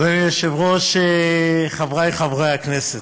אדוני היושב-ראש, חברי חברי הכנסת,